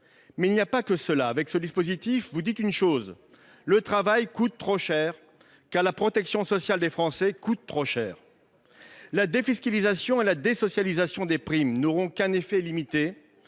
aux salariés. En outre, avec un tel dispositif, vous dites une chose : le travail coûte trop cher, car la protection sociale des Français coûte trop cher. La défiscalisation et la désocialisation des primes n'auront qu'un effet limité,